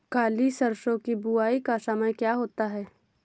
काली सरसो की बुवाई का समय क्या होता है?